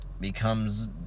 becomes